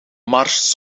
mars